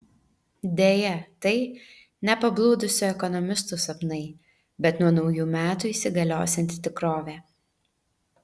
deja tai ne pablūdusių ekonomistų sapnai bet nuo naujų metų įsigaliosianti tikrovė